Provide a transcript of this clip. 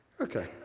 Okay